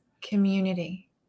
Community